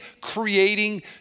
creating